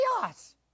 chaos